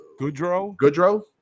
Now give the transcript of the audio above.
Goodrow